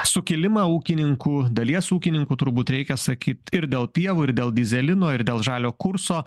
sukilimą ūkininkų dalies ūkininkų turbūt reikia sakyt ir dėl pievų ir dėl dyzelino ir dėl žalio kurso